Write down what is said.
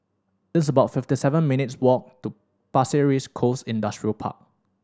it's about fifty seven minutes' walk to Pasir Ris Coast Industrial Park